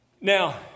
now